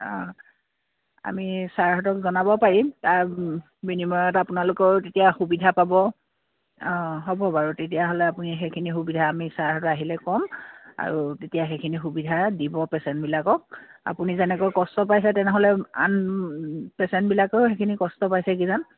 অঁ আমি ছাৰহঁতক জনাব পাৰিম তাৰ বিনিময়ত আপোনালোকৰো তেতিয়া সুবিধা পাব অঁ হ'ব বাৰু তেতিয়াহ'লে আপুনি সেইখিনি সুবিধা আমি ছাৰহঁত আহিলে ক'ম আৰু তেতিয়া সেইখিনি সুবিধা দিব পেচেণ্টবিলাকক আপুনি যেনেকৈ কষ্ট পাইছে তেনেহ'লে আন পেচেণ্টবিলাকেও সেইখিনি কষ্ট পাইছে কিজানি